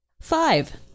five